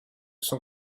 son